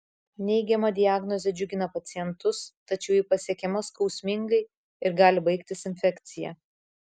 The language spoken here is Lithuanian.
neigiama diagnozė džiugina pacientus tačiau ji pasiekiama skausmingai ir gali baigtis infekcija